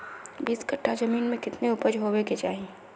बीस कट्ठा जमीन में कितने उपज होबे के चाहिए?